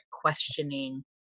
questioning